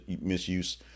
misuse